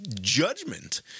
judgment